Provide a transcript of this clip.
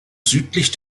südlich